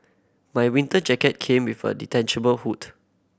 my winter jacket came with a detachable hood